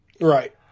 Right